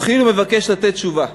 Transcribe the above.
וכאילו מבקש לתת תשובה,